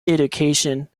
education